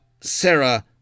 Sarah